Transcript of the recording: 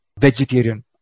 vegetarian